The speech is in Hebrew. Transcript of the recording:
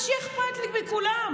אז שיהיה אכפת מכולם,